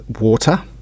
water